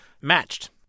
matched